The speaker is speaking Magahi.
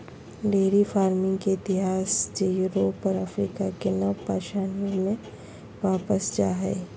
डेयरी फार्मिंग के इतिहास जे यूरोप और अफ्रीका के नवपाषाण युग में वापस जा हइ